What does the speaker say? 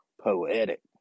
poetic